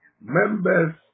members